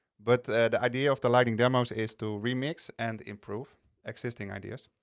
but the idea of the lightning demos is to remix and improve existing ideas.